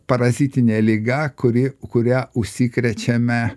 parazitinė liga kuri kuria užsikrečiame